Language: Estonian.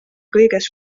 kõiges